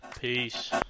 Peace